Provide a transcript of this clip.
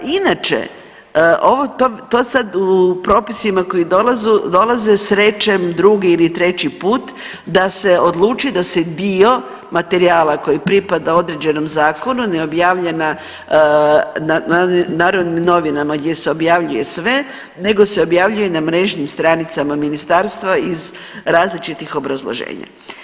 Inače, ovo, to sad u propisima koji dolaze srećem drugi ili treći put da se odluči da se dio materijala koji pripada određenom zakonu ne objavljuju na Narodnim novinama, gdje se objavljuje sve, nego se objavljuje na mrežnim stranicama ministarstvo iz različitih obrazloženja.